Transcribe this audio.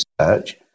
search